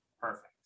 perfect